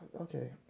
Okay